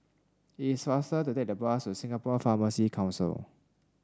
it's faster to take the bus to Singapore Pharmacy Council